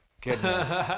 Goodness